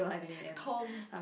Tom